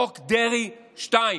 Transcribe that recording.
חוק דרעי 2,